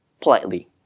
politely